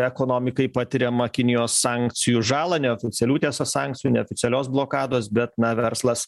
ekonomikai patiriamą kinijos sankcijų žalą neoficialių tiesa sankcijų neoficialios blokados bet na verslas